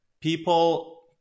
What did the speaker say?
people